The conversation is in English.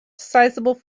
sizable